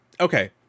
okay